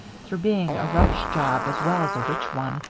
through being a rush job as well as a rich one,